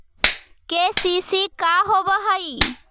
KCC का होव हइ?